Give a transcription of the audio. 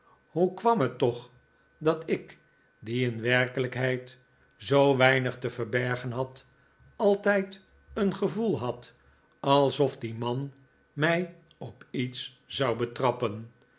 hoe kwam het toch dat ik die in werkelijkheid zoo weinig te verbergen had altijd een gevoei had alsof die man mij op iets zou betrappen